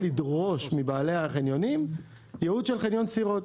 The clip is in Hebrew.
לדרוש מבעלי החניונים ייעוד של חניון סירות.